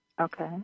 Okay